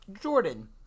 Jordan